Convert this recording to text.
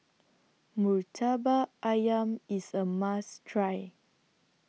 Murtabak Ayam IS A must Try